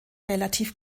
relativ